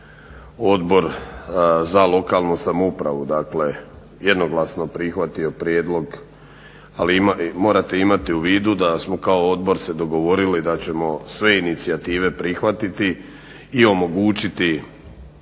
Odbor za lokalnu samoupravu, dakle jednoglasno prihvatio prijedlog ali morate imati u vidu da smo kao odbor se dogovorili da ćemo sve inicijative prihvatiti i omogućiti